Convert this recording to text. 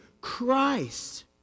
Christ